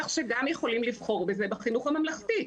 כך שגם יכולים לבחור בזה בחינוך הממלכתי.